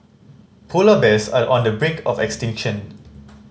polar bears are on the brink of extinction